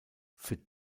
für